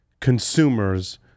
consumers